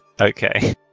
Okay